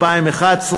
פרופסור מנואל טרכטנברג,